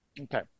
Okay